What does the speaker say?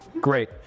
great